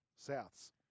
Souths